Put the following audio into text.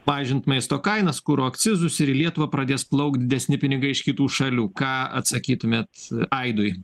mažint maisto kainas kuro akcizus ir į lietuvą pradės plaukt didesni pinigai iš kitų šalių ką atsakytumėt aidui